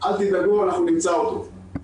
אל תדאגו, אנחנו נמצא אותו.